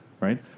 right